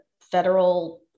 federal